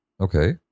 Okay